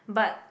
but